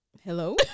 hello